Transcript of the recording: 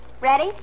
Ready